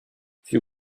few